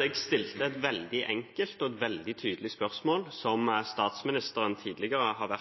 Jeg stilte et veldig enkelt og veldig tydelig spørsmål, som statsministeren tidligere har